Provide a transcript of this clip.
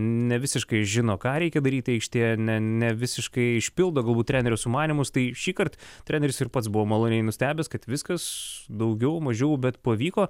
nevisiškai žino ką reikia daryti aikštėje ar ne ne visiškai išpildo galbūt trenerių sumanymus tai šįkart treneris ir pats buvo maloniai nustebęs kad viskas daugiau mažiau bet pavyko